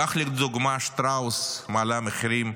כך לדוגמה, שטראוס מעלה מחירים,